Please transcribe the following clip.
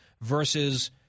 versus